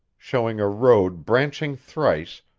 showing a road branching thrice,